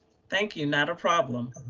thank you, not a problem.